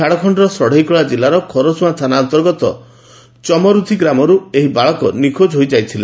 ଝାଡଖଣ୍ଡର ଷତେଇକଳା ଜିଲ୍ଲାର ଖରସୁଆଁ ଥାନା ଅନ୍ତର୍ଗତ ଚମରୁଧି ଗ୍ରାମରୁ ଏହି ବାଳକ ନିଖୋଜ ହୋଇଯାଇଥିଲେ